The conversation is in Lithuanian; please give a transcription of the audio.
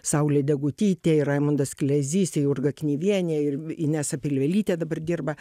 saulė degutytė raimondas klezys jurga knyvienė ir v inesa pilvelytė dabar dirba